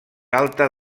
alta